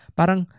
parang